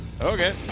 okay